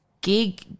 gig